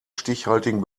stichhaltigen